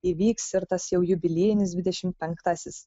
įvyks ir tas jau jubiliejinis dvidešim penktasis